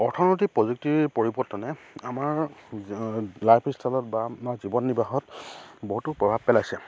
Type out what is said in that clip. অৰ্থনৈতিক প্ৰযুক্তিৰ পৰিৱৰ্তনে আমাৰ লাইফ ষ্টাইলত বা আমাৰ জীৱন নিৰ্বাহত বহুতো প্ৰভাৱ পেলাইছে